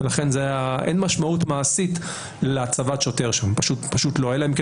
לכן אין משמעות מעשית להצבת שוטר שם אלא אם כן